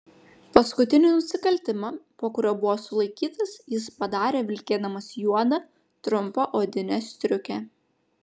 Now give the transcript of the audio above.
paskutinį nusikaltimą po kurio buvo sulaikytas jis padarė vilkėdamas juodą trumpą odinę striukę